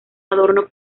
adorno